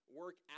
work